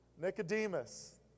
Nicodemus